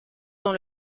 dans